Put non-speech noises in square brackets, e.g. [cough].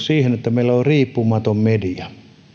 [unintelligible] siihen että meillä on riippumaton media